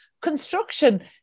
construction